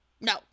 no